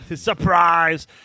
Surprise